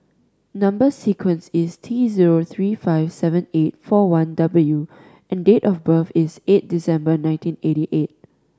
number sequence is T zero three five seven eight four one W and date of birth is eight December nineteen eighty eight